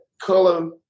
color